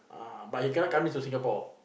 ah but he cannot come into Singapore